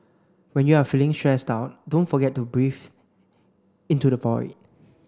when you are feeling stressed out don't forget to breathe into the void